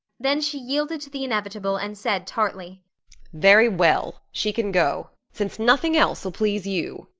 then she yielded to the inevitable and said tartly very well, she can go, since nothing else ll please you.